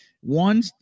One